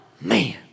man